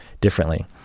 differently